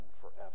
forever